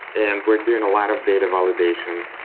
and we're doing a lot of data validation.